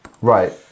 Right